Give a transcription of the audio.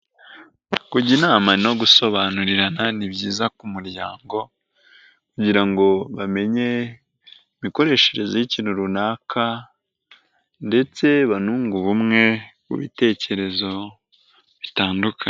Kujya inama no gusobanurirana, ni byiza ku muryango kugira ngo bamenye imikoreshereze y'ikintu runaka ndetse banunge ubumwe, mu bitekerezo bitandukanye.